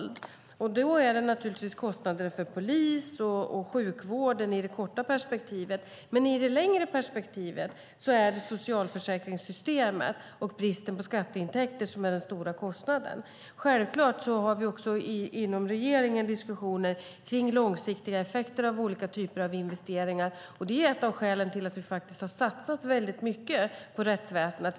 I det korta perspektivet är det naturligtvis kostnader för polis och sjukvård, men i det längre perspektivet är det socialförsäkringssystemet och bristen på skatteintäkter som är den stora kostnaden. Självklart har vi också inom regeringen diskussioner om långsiktiga effekter av olika typer av investeringar, och det är ett av skälen till att vi har satsat väldigt mycket på rättsväsendet.